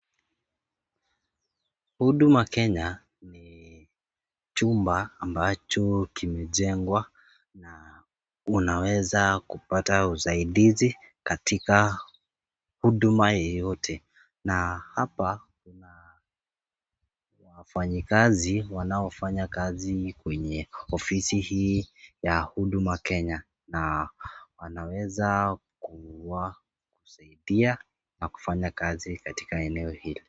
Huduma Kenya, ni chumba ambacho kimejengwa na unaweza kupata usaidizi katika huduma yeyote, na hapa kuna wafanyikazi wanaofanya kazi kwenye ofisi hii ya huduma Kenya, na anaweza kuwasaidia na kufanya kazi katika eneo hili.